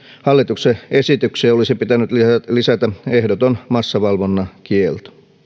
hallituksen esitykseen olisi pitänyt lisätä ehdoton massavalvonnan kielto